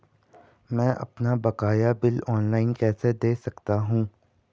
मैं अपना बकाया बिल ऑनलाइन कैसे दें सकता हूँ?